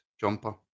jumper